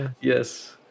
Yes